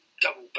double